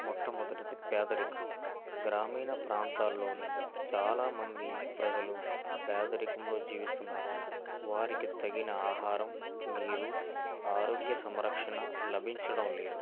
మొట్టమొదటిది పేదరికం గ్రామీణ ప్రాంతాల్లోని చాలామంది ప్రజలు పేదరికంలో జీవిస్తున్నారు వారికి తగిన ఆహారం నీరు ఆరోగ్య సంరక్షణ లభించడం లేదు